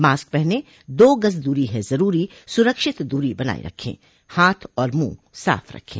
mask पहनें दो गज़ दूरी है ज़रूरी सुरक्षित दूरी बनाए रखें हाथ और मुंह साफ़ रखें